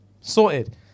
sorted